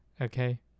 Okay